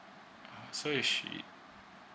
so if she